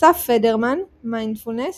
אסף פדרמן, מיינדפולנס